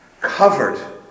Covered